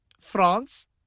France